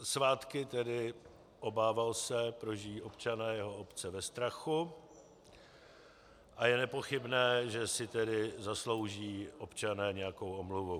Svátky tedy, obával se, prožijí občané obce ve strachu a je nepochybné, že si zaslouží občané nějakou omluvu.